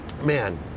man